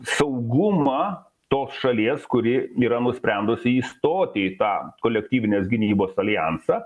saugumą tos šalies kuri yra nusprendusi įstoti į tą kolektyvinės gynybos aljansą